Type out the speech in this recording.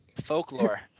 Folklore